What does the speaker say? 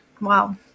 Wow